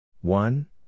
One